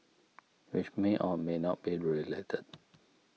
which may or may not be related